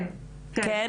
כן.